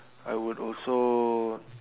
I would also